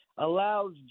allows